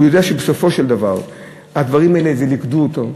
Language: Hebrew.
הוא יודע שבסופו של דבר הדברים האלה ליכדו אותו,